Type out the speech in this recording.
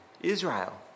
Israel